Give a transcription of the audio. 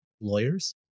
lawyers